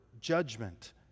judgment